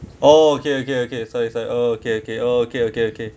oh okay okay okay so it's like oh okay okay okay okay okay